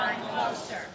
Closer